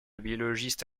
biologiste